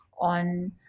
on